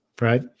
right